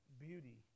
Beauty